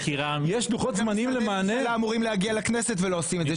הייתה חקירה --- השרים היו אמורים להגיע לכנסת ולא עושים את זה.